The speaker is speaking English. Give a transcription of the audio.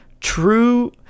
true